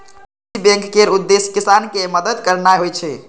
बीज बैंक केर उद्देश्य किसान कें मदति करनाइ होइ छै